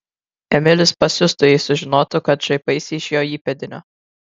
emilis pasiustų jei sužinotų kad šaipaisi iš jo įpėdinio